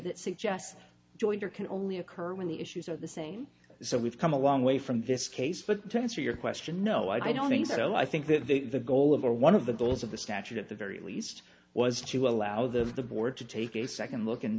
that suggests jointer can only occur when the issues are the same so we've come a long way from this case but to answer your question no i don't think so i think that the the goal of or one of the goals of the statute at the very least was to allow the of the board to take a second look